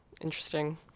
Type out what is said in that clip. interesting